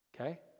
Okay